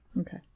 Okay